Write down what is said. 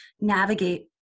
navigate